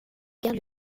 gardes